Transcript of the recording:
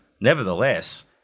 Nevertheless